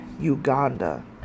Uganda